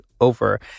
over